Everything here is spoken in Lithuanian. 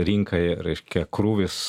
rinkai reiškia krūvis